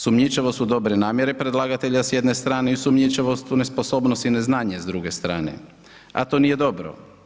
Sumnjičavost su dobre namjere predlagatelja s jedne strane i sumnjičavost u nesposobnost i neznanje s druge strane, a to nije dobro.